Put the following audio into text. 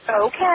Okay